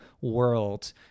world